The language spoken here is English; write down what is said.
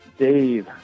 Dave